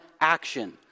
action